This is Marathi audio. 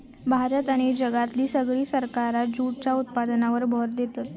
भारत आणि जगातली सगळी सरकारा जूटच्या उत्पादनावर भर देतत